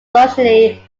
socially